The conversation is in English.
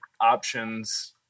options